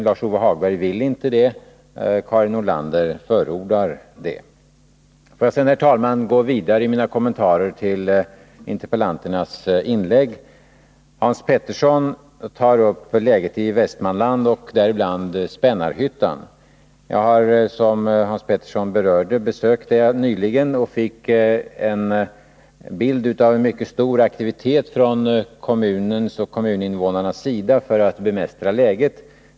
Lars-Ove Hagberg vill inte det, medan Karin Nordlander förordar det. RUN Får jag sedan, herr talman, gå vidare i mina kommentarer till interpellanternas inlägg. 1 Hans Petersson i Hallstahammar tar upp läget i Västmanland, däribland i Spännarhyttan. Jag har, som Hans Petersson berörde, besökt platsen nyligen och fick en bild av mycket stor aktivitet från kommunens och kommuninvånarnas sida när det gäller att bemästra läget.